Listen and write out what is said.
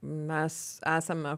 mes esame